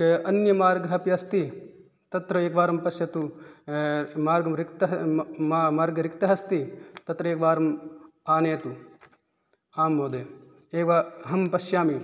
के अन्यमार्गः अपि अस्ति तत्र एकवारं पश्यतु मार्गं रिक्तः मार्गः रिक्तः अस्ति तत्र एकवारम् आनयतु आं महोदय एव अहं पश्यामि